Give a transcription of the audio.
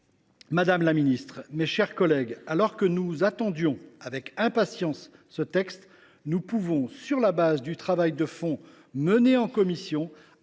Madame la ministre, mes chers collègues, alors que nous attendions avec impatience ce texte,… Il faut conclure. … nous pouvons, sur la base du travail de fond mené en commission,